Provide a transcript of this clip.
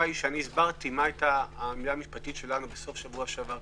הסברתי מה היתה העמדה המשפטית שלנו בסוף שבוע שעבר,